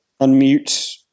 unmute